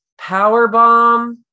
Powerbomb